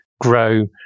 grow